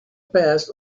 past